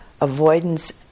avoidance